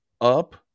up